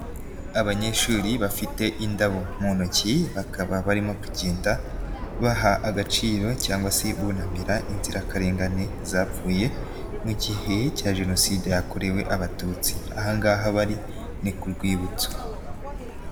Abanyeshuri bafite indabo mu ntoki bakaba barimo kugenda baha agaciro cyangwa se bunamira inzirakarengane zapfuye mu gihe cya Jenoside yakorewe Abatutsi, aha ngaha bari ni ku rwibutso.